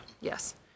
Yes